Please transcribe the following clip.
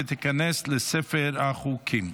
ותיכנס לספר החוקים.